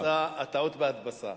ההדפסה, ההדפסה, הטעות בהדפסה.